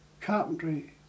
carpentry